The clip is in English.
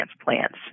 transplants